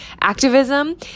activism